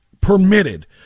permitted